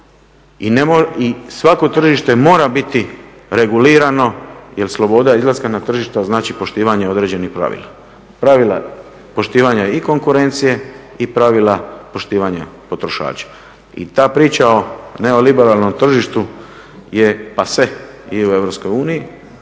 i svako tržište mora biti regulirano jer sloboda izlaska na tržište znači poštivanje određenih pravila. Pravila poštivanja i konkurencije i pravila poštivanja potrošača. I ta priča o neoliberalnom tržištu je … i u EU